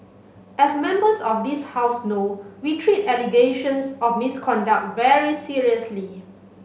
as members of this House know we treat allegations of misconduct very seriously